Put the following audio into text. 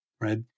right